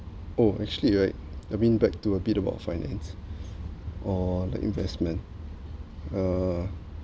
oh actually right I mean back to a bit about finance or like investment uh